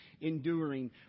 enduring